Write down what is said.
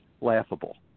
laughable